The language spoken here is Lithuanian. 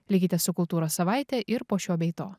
likite su kultūros savaite ir po šio bei to